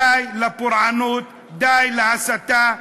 די לפורענות, די להסתה,